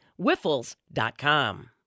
wiffles.com